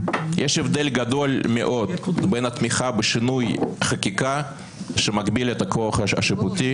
יש הבדל גדול מאוד בין תמיכה בשינוי חקיקה שמגביל את הכוח השיפוטי,